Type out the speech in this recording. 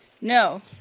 No